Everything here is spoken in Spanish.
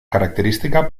característica